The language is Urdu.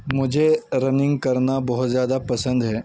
مجھے رننگ کرنا بہت زیادہ پسند ہے